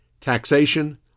taxation